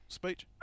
speech